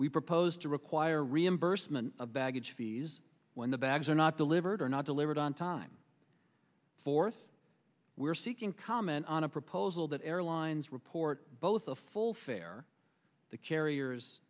we proposed to require reimbursement of baggage fees when the bags are not delivered or not delivered on time forth we're seeking comment on a proposal that airlines report both a full fare the carriers